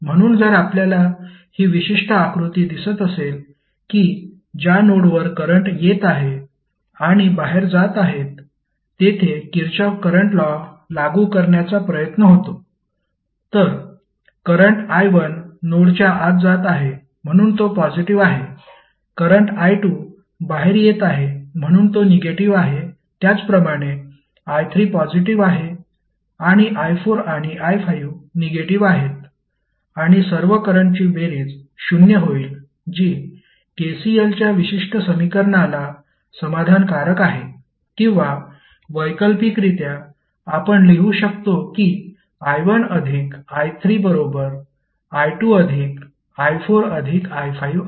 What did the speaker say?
म्हणून जर आपल्याला ही विशिष्ट आकृती दिसत असेल की ज्या नोडवर करंट येत आहेत आणि बाहेर जात आहेत तेथे किरचॉफ करंट लॉ लागू करण्याचा प्रयत्न होतो तर करंट i1 नोडच्या आत जात आहे म्हणून तो पॉजिटीव्ह आहे करंट i2 बाहेर येत आहे म्हणून तो निगेटिव्ह आहे त्याचप्रमाणे i3 पॉजिटीव्ह आहे आणि i4 आणि i5 निगेटिव्ह आहेत आणि सर्व करंटची बेरीज 0 होईल जी KCL च्या विशिष्ट समीकरणाला समाधानकारक आहे किंवा वैकल्पिकरित्या आपण लिहू शकतो की i1 अधिक i3 बरोबर i2 अधिक i4 अधिक i5 आहे